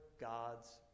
God's